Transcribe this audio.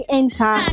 enter